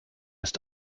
ist